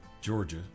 Georgia